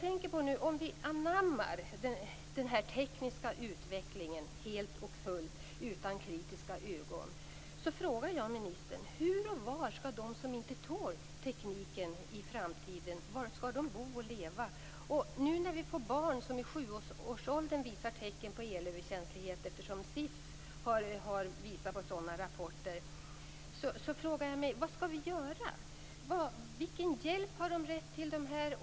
Hur och var skall de som inte tål tekniken i framtiden bo och leva? Nu när barn i sjuårsåldern visar tecken på elöverkänslighet - SIF har tagit fram sådana rapporter - frågar jag mig: Vad skall vi göra? Vilken hjälp har dessa människor rätt till?